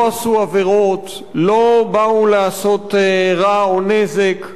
לא עשו עבירות, לא באו לעשות רע או נזק,